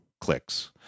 clicks